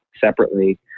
separately